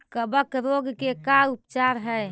कबक रोग के का उपचार है?